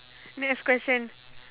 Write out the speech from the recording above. next question